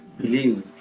believe